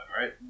right